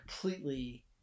completely